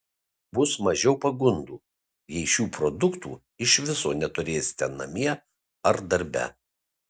bus mažiau pagundų jei šių produktų iš viso neturėsite namie ar darbe